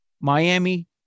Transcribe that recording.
Miami